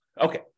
Okay